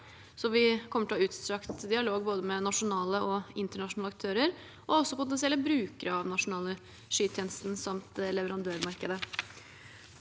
Vi kommer til å ha utstrakt dialog, både med nasjonale og internasjonale aktører, med potensielle brukere av den nasjonale skytjenesten samt med leverandørmarkedet.